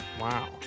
Wow